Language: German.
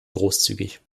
großzügig